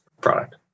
product